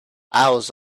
owls